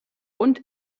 und